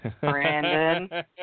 Brandon